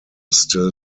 still